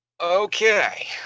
Okay